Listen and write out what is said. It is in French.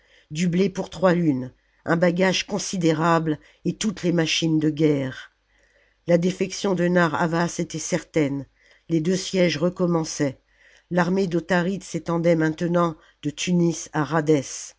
du blé pour trois lunes un bagage considérable et toutes les machines de guerre la défection de narr'havas était certaine les deux sièges recommençaient l'armée d'autharite s'étendait maintenant de tunis à